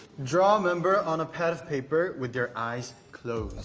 draw a member on a pad of paper with your eyes closed.